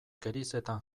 gerizetan